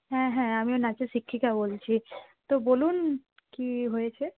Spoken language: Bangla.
হ্যাঁ হ্যাঁ আমি ওর নাচের শিক্ষিকা বলছি তো বলুন কী হয়েছে